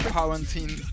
Quarantine